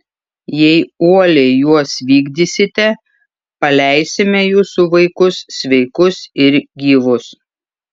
jei uoliai juos vykdysite paleisime jūsų vaikus sveikus ir gyvus